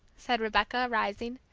said rebecca, rising,